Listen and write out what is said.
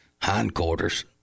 hindquarters